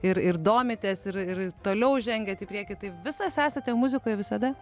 ir ir domitės ir ir toliau žengiat į priekį tai visas esate muzikoje visada